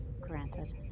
Granted